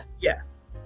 Yes